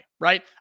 right